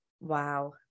Wow